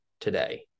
today